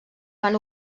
van